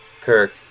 Kirk